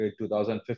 2015